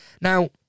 Now